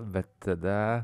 bet tada